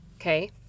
Okay